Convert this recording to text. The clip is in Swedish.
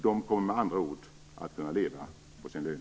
Man kommer med andra ord att kunna leva på sin lön.